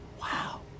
Wow